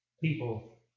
people